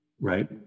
right